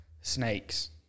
Snakes